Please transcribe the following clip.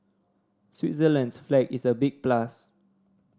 Switzerland's flag is a big plus